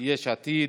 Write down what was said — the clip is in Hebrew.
יש עתיד,